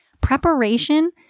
Preparation